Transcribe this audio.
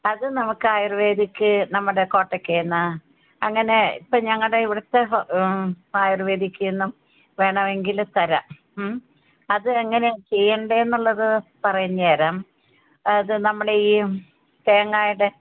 അത് നമുക്ക് ആയുര്വേദിക്ക് നമ്മുടെ കോട്ടക്കയിൽ നിന്ന് അങ്ങനെ ഇപ്പം ഞങ്ങളുടെ ഇവിടുത്തെ ആയുര്വേദിക്കിൽ നിന്നും വേണമെങ്കില് തരാം ഉം അത് എങ്ങനെ ചെയ്യേണ്ടത് എന്നുള്ളത് പറഞ്ഞ് തരാം അത് നമ്മുടെ ഈ തേങ്ങായൊക്കെ